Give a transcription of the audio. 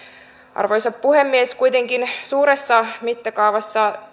arvoisa puhemies kuitenkin suuressa mittakaavassa